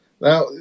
now